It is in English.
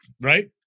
Right